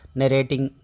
narrating